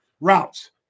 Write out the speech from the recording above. routes